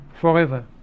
forever